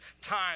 time